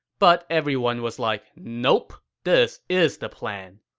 but everyone was like, nope, this is the plan.